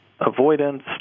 avoidance